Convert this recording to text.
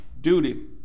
duty